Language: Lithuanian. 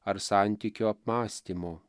ar santykio apmąstymo